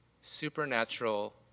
Supernatural